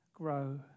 grow